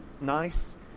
nice